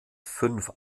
fünf